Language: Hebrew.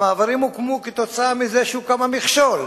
המעברים הוקמו כתוצאה מזה שהוקם המכשול.